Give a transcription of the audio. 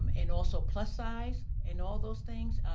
um and also plus size and all those things.